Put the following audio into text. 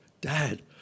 Dad